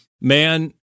Man